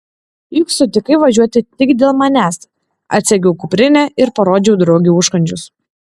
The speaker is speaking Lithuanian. juk sutikai važiuoti tik dėl manęs atsegiau kuprinę ir parodžiau draugei užkandžius